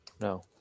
No